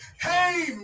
Hey